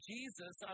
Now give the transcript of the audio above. Jesus